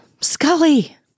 scully